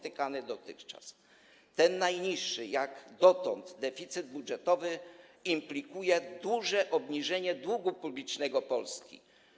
Ten najniższy jak dotąd deficyt budżetowy implikuje duże obniżenie długu publicznego Polski.